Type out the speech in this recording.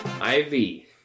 Ivy